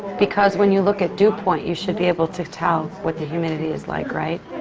because when you look at dew point, you should be able to tell what the humidity is like, right?